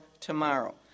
tomorrow